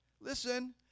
Listen